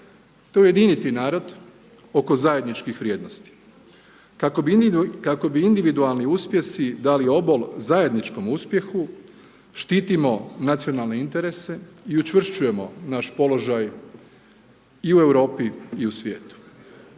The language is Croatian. ujediniti narod oko zajedničkih vrijednosti, kako bi individualni uspjesi dali obol zajedničkom uspjehu, štitimo nacionalne interese i učvršćujemo naš položaj i u Europi i u svijetu.